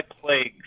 plagues